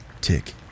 tick